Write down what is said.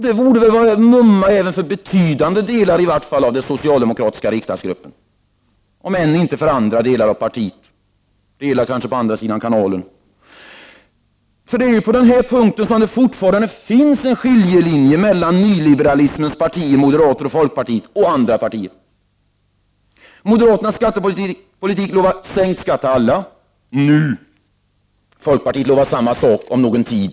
Det borde väl vara ”mumma” även för betydande delar av den socialdemokratiska riksdagsgruppen, om än inte för andra delar av partiet — på andra sidan kanalen. Det är på denna punkt som det fortfarande finns en skiljelinje mellan nyliberalismens partier moderaterna och folkpartiet och andra partier. Moderaternas skattepolitik lovar sänkt skatt till alla — nu. Och folkpartiet lovar samma sak — om någon tid.